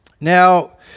Now